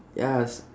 yes